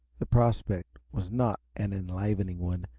the prospect was not an enlivening one,